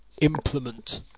implement